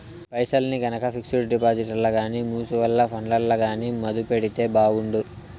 పైసల్ని గనక పిక్సుడు డిపాజిట్లల్ల గానీ, మూచువల్లు ఫండ్లల్ల గానీ మదుపెడితే బాగుండు